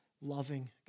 loving